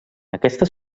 aquesta